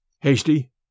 Hasty